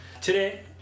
Today